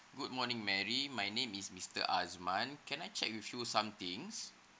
good morning mary my name is mister asman can I check with you somethings